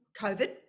COVID